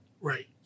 Right